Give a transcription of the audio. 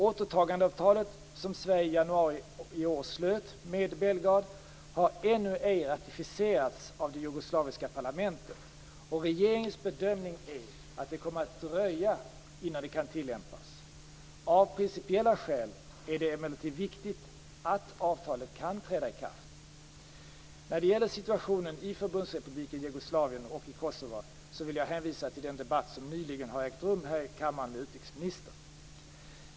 Återtagandeavtalet som Sverige i januari i år slöt med Belgrad har ännu ej ratificerats av det jugoslaviska parlamentet. Regeringens bedömning är att det kommer att dröja innan det kan tillämpas. Av principiella skäl är det emellertid viktigt att avtalet kan träda i kraft. När det gäller situationen i Förbundsrepubliken Jugoslavien och i Kosovo vill jag hänvisa till den debatt som nyligen har ägt rum här i kammaren med utrikesministern.